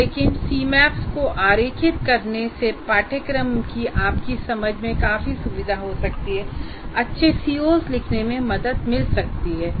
लेकिन Cmaps को आरेखित करने से पाठ्यक्रम की आपकी समझ में काफी सुविधा हो सकती है और अच्छे COs लिखने में मदद मिल सकती है